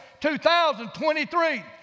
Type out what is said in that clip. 2023